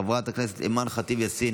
חברת הכנסת אימאן ח'טיב יאסין,